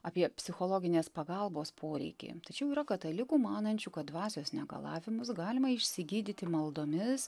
apie psichologinės pagalbos poreikį tačiau yra katalikų manančių kad dvasios negalavimus galima išsigydyti maldomis